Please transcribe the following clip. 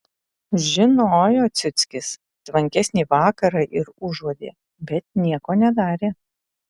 žinojo ciuckis tvankesnį vakarą ir užuodė bet nieko nedarė